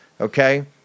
okay